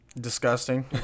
disgusting